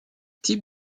type